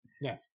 Yes